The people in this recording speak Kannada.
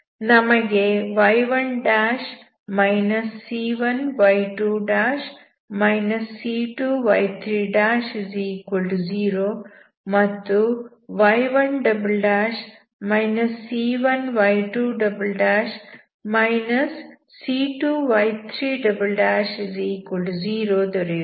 ನಮಗೆ y1 c1y2 c2y30 ಮತ್ತು y1 c1y2 c2y30 ದೊರೆಯುತ್ತದೆ